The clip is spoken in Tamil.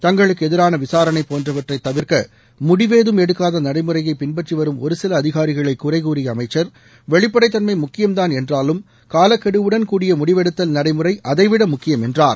தங்களுக்கு எதிரான விசாரணை போன்றவற்றை தவிர்க்க முடிவேதம் எடுக்காத நடைமுறையை பின்பற்றி வரும் ஒரு சில அதிகாரிகளை குறைகூறிய அமைச்சர் வெளிப்படைதன்மை முக்கியம் தான் என்றாலும் காலக்கெடுவுடன் கூடிய முடிவெடுத்தல் நடைமுறை அதைவிட முக்கியம் என்றார்